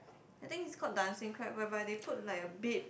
I think its called Dancing-Crab whereby they put like a bib